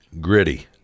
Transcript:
Gritty